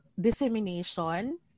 dissemination